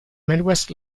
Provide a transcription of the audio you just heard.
midwest